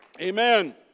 Amen